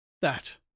That